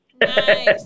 Nice